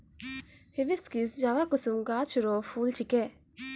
hibiscus जवाकुसुम गाछ रो फूल छिकै